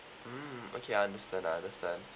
mm okay understand I understand